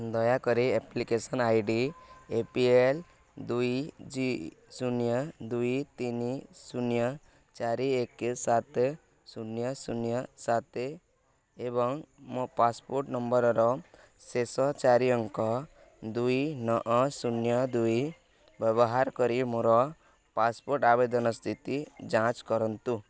ଦୟାକରି application I D A P L ଦୁଇ ଶୂନ୍ୟ ଦୁଇ ତିନି ଶୂନ୍ୟ ଚାରି ଏକ ସାତ ଶୂନ୍ୟ ଶୂନ୍ୟ ସାତ ଏବଂ ମୋ ପାସପୋର୍ଟ ନମ୍ବରର ଶେଷ ଚାରି ଅଙ୍କ ଦୁଇ ନଅ ଶୂନ୍ୟ ଦୁଇ ବ୍ୟବହାର କରି ମୋର ପାସପୋର୍ଟ ଆବେଦନ ସ୍ଥିତି ଯାଞ୍ଚ କରନ୍ତୁ